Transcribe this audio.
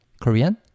Korean